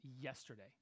yesterday